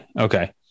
okay